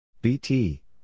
BT